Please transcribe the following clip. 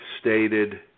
stated